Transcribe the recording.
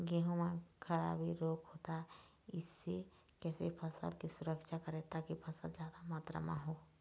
गेहूं म खराबी रोग होता इससे कैसे फसल की सुरक्षा करें ताकि फसल जादा मात्रा म हो?